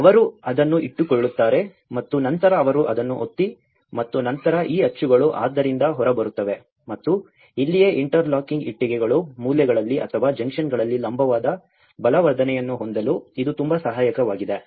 ಆದ್ದರಿಂದ ಅವರು ಅದನ್ನು ಇಟ್ಟುಕೊಳ್ಳುತ್ತಾರೆ ಮತ್ತು ನಂತರ ಅವರು ಅದನ್ನು ಒತ್ತಿ ಮತ್ತು ನಂತರ ಈ ಅಚ್ಚುಗಳು ಅದರಿಂದ ಹೊರಬರುತ್ತವೆ ಮತ್ತು ಇಲ್ಲಿಯೇ ಇಂಟರ್ಲಾಕಿಂಗ್ ಇಟ್ಟಿಗೆಗಳು ಮೂಲೆಗಳಲ್ಲಿ ಅಥವಾ ಜಂಕ್ಷನ್ಗಳಲ್ಲಿ ಲಂಬವಾದ ಬಲವರ್ಧನೆಯನ್ನು ಹೊಂದಲು ಇದು ತುಂಬಾ ಸಹಾಯಕವಾಗಿದೆ